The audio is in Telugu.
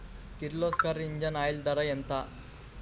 కిర్లోస్కర్ ఇంజిన్ ఆయిల్ ధర ఎంత?